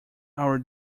our